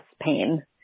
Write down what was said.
pain